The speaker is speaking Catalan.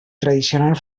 tradicional